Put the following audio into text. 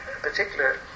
particular